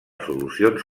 solucions